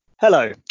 Hello